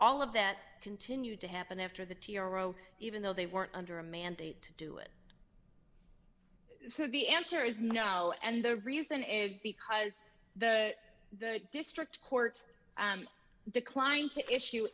all of that continued to happen after the t r o even though they weren't under a mandate to do it so the answer is no and the reason is because the what the district court declined to issue